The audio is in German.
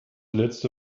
letzte